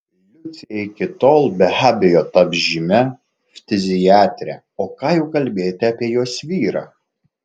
liucija iki tol be abejo taps žymia ftiziatre o ką jau kalbėti apie jos vyrą